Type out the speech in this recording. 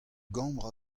gambr